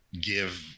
give